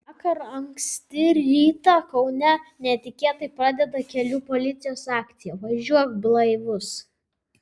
vakar anksti rytą kaune netikėtai pradėta kelių policijos akcija važiuok blaivus